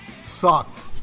sucked